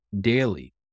daily